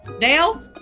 Dale